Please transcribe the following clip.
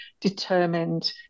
determined